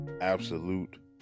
Absolute